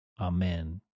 Amen